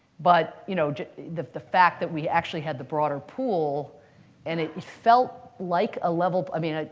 but you know the the fact that we actually had the broader pool and it felt like a level i mean,